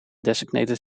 designated